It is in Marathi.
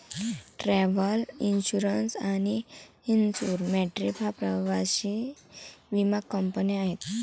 ट्रॅव्हल इन्श्युरन्स आणि इन्सुर मॅट्रीप या प्रवासी विमा कंपन्या आहेत